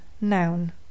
noun